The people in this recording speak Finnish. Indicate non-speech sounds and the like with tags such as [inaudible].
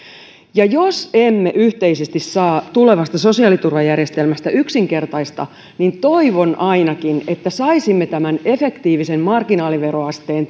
jos emme yhteisesti saa tulevasta sosiaaliturvajärjestelmästä yksinkertaista niin toivon että saisimme ainakin tämän efektiivisen marginaaliveroasteen [unintelligible]